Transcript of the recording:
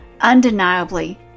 undeniably